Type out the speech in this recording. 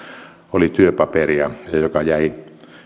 oli työpaperi ja ja joka jäi